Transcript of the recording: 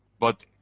but